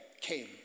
came